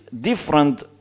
different